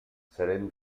serem